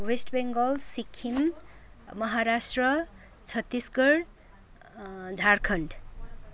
West Bengal Sikkim Maharashtra Chhattisgarh Jharkhand